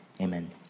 amen